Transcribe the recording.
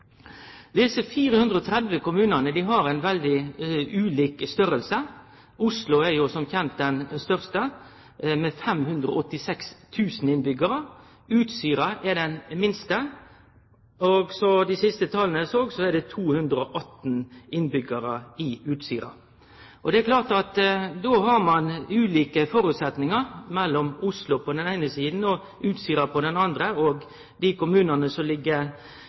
Desse 430 kommunane har veldig ulik størrelse. Oslo er som kjent den største, med 586 000 innbyggjarar. Utsira er den minste. Etter dei siste tala eg såg, er det 218 innbyggjarar på Utsira. Det er klart at då er det ulike føresetnader for Oslo på den eine sida og Utsira på den andre. Dei kommunane som er store, men likevel mindre enn Oslo, og dei kommunane som